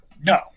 No